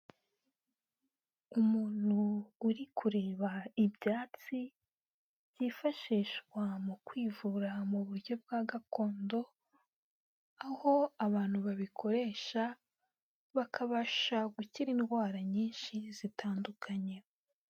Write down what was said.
Umuntu uri kureba ibyatsi byifashishwa mu kwivura mu buryo bwa gakondo, aho abantu babikoresha bakabasha gukira indwara nyinshi zitandukanye.